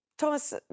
Thomas